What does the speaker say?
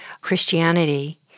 Christianity